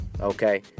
Okay